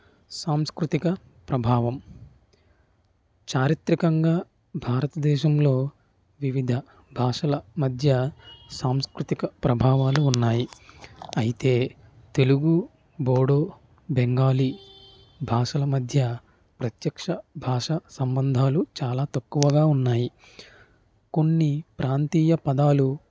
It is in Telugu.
సాంస్కృతిక ప్రభావం చారిత్రకంగా భారతదేశంలో వివిధ భాషల మధ్య సాంస్కృతిక ప్రభావాలు ఉన్నాయి అయితే తెలుగు బోడో బెంగాలీ భాషల మధ్య ప్రత్యక్ష భాష సంబంధాలు చాలా తక్కువగా ఉన్నాయి కొన్ని ప్రాంతీయ పదాలు